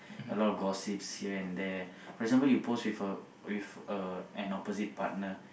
a lot of gossips here and there for example you post with a with a an opposite partner